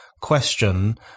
question